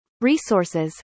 resources